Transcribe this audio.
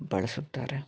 ಬಳಸುತ್ತಾರೆ